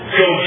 go